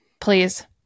Please